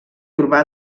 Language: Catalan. urbà